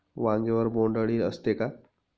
वांग्यावर बोंडअळी असते का?